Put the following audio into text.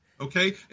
Okay